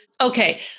Okay